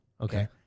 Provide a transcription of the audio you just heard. okay